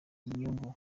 inyungu